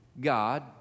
God